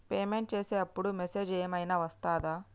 Payment చేసే అప్పుడు message ఏం ఐనా వస్తదా?